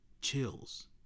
chills